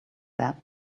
that